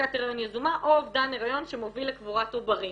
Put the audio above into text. הפסקת הריון יזומה או אובדן הריון שמוביל לקבורת עוברים.